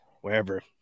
wherever